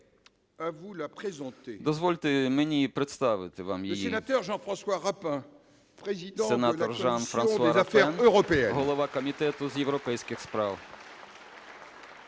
Дозвольте мені представити її. Сенатор Жан-Франсуа Рапен, голова Комітету з європейських справ.